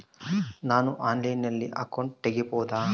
ನಾನು ಆನ್ಲೈನಲ್ಲಿ ಅಕೌಂಟ್ ತೆಗಿಬಹುದಾ?